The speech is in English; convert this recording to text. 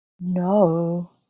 No